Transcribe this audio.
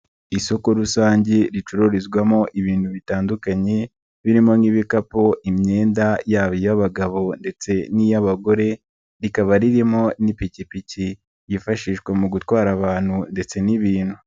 Isoko rusange ricururizwamo ibintu bitandukanye, birimo nk'ibikapu, imyenda yaba iy'abagabo ndetse n'iy'abagore, rikaba ririmo n'ipikipiki yifashishwa mu gutwara abantu ndetse n'ibintu.